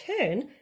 turn